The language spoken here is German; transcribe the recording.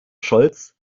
scholz